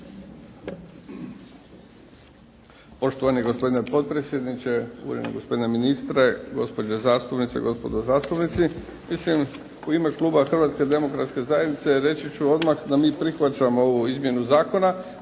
Poštovani gospodine potpredsjedniče, uvaženi gospodine ministre, gospođe zastupnice, gospodo zastupnici. Mislim u ime kluba Hrvatske demokratske zajednice reći ću odmah da mi prihvaćamo ovu izmjenu zakona,